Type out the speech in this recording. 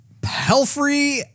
Pelfrey